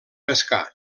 pescar